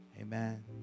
amen